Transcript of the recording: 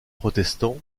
protestant